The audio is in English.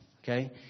Okay